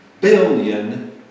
billion